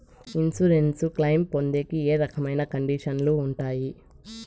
Insurance claim పొందేకి ఏ రకమైన కండిషన్లు ఉంటాయి?